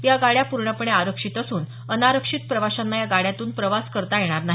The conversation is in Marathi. या गाड्या पूर्णपणे आरक्षित असून अनारक्षित प्रवाशांना या गाड्यांतून प्रवास करता येणार नाही